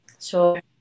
Sure